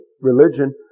religion